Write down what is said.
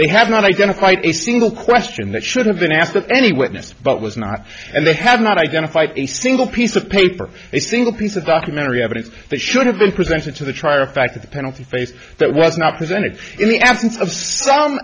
they have not identified a single question that should have been asked of any witness but was not and they have not identified a single piece of paper a single piece of documentary evidence that should have been presented to the trier of fact that the penalty phase that was not presented in the absence of s